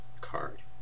card